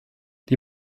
die